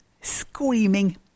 screaming